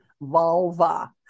vulva